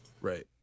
Right